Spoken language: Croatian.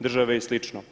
države i slično.